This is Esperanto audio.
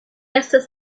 estas